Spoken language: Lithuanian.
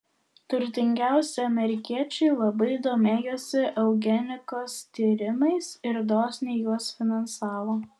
turtingiausi amerikiečiai labai domėjosi eugenikos tyrimais ir dosniai juos finansavo